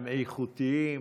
הם איכותיים.